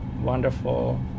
wonderful